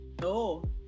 no